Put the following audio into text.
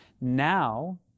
Now